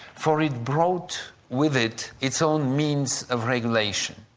for it brought with it, its own means of regulation.